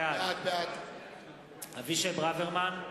בעד אבישי ברוורמן,